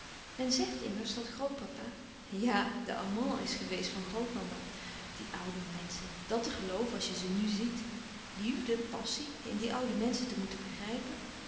men zegt immers dat grootpapa ja de amant is geweest van grootmama die oude menschen dàt te gelooven als je ze nù ziet liefde passie in die oude menschen te moeten begrijpen